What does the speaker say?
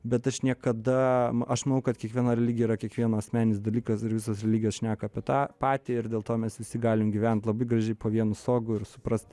bet aš niekada aš manau kad kiekviena religija yra kiekvieno asmeninis dalykas ir visos religijos šneką apie tą patį ir dėl to mes visi galim gyvent labai gražiai po vienu stogu ir suprast